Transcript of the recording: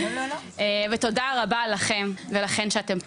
ותודה רבה לכם ולכן שאתם פה,